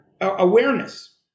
awareness